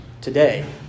today